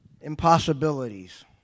Impossibilities